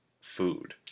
food